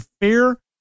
fear